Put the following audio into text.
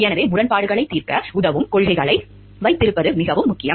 எனவே முரண்பாடுகளைத் தீர்க்க உதவும் கொள்கைகளை வைத்திருப்பது மிகவும் முக்கியம்